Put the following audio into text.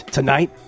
Tonight